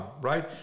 right